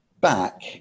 back